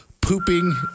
pooping